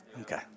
Okay